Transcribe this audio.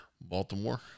Baltimore